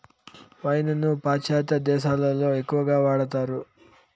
wine ను పాశ్చాత్య దేశాలలో ఎక్కువగా వాడతారు